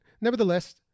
nevertheless